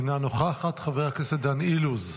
אינה נוכחת, חבר הכנסת דן אילוז,